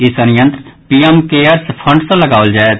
ई संयंत्र PM cares fund सँ लगाओल जायत